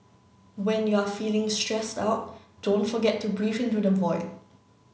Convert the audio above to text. when you are feeling stressed out don't forget to breathe into the void